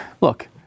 look